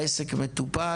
העסק מטופל,